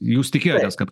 jūs tikėjotės kad